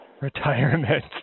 Retirement